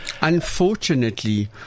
Unfortunately